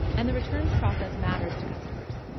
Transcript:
and the returns process matters to customers.